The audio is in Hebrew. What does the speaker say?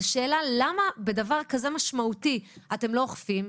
למה בדבר כזה משמעותי אתם לא אוכפים?